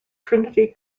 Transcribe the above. trinity